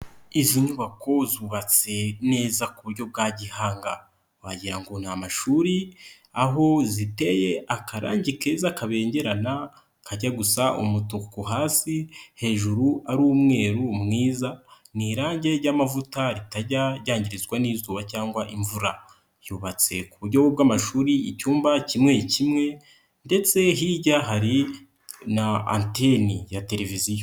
Izi nyubako zubabatse neza ku buryo bwa gihanga wagira ngo ni amashuri aho ziteye akarangi keza kabengerana kajya gusa umutuku hasi hejuru ari umweru mwiza, ni irangi ry'amavuta ritajya ryangirizwa n'izuba cyangwa imvura, yubatse ku uburyo bw'amashuri, icyumba kimwe kimwe ndetse hirya hari na antene ya televiziyo.